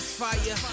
fire